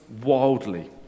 wildly